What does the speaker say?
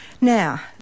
now